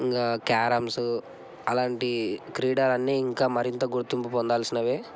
ఇంకా క్యారంస్సు అలాంటి క్రీడలన్నీ ఇంకా మరింత గుర్తింపుపొందాల్సినవే